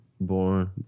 born